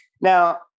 Now